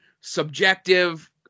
subjective